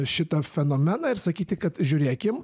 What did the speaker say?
šitą fenomeną ir sakyti kad žiūrėkim